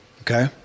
Okay